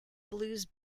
blues